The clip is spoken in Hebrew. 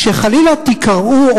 כשחלילה תקרעו,